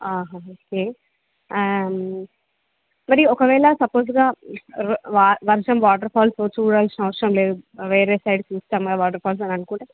ఆ ఓకే ఆ మరి ఒకవేళ సపోజ్గా ర్ వా వర్షం వాటర్ ఫాల్స్ చూడాల్సిన అవసరం లేదు వేరే సైడ్ చూస్తాం వాటర్ ఫాల్స్ అని అనుకుంటే